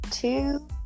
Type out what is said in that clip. two